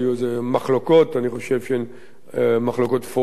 אני חושב שהן מחלוקות פורמליות בעיקרן,